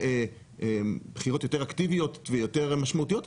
בחירות יותר אקטיביות ויותר משמעותיות,